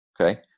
okay